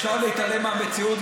אפשר להתעלם מהמציאות,